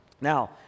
now